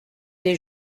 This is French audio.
des